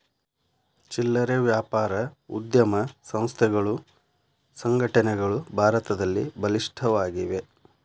ಚಿಲ್ಲರೆ ವ್ಯಾಪಾರ ಉದ್ಯಮ ಸಂಸ್ಥೆಗಳು ಸಂಘಟನೆಗಳು ಭಾರತದಲ್ಲಿ ಬಲಿಷ್ಠವಾಗಿವೆ